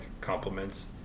compliments